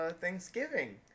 Thanksgiving